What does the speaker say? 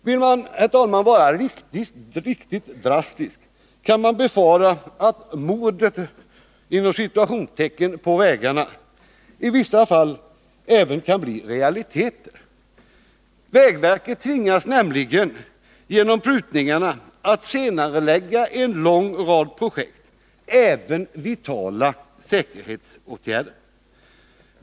Vill man, herr talman, vara riktigt drastisk kan man befara att ”mordet på vägarna” i vissa fall även kan bli realiteter. Vägverket tvingas nämligen genom prutningarna att senarelägga en lång rad projekt — även vitala säkerhetsåtgärder.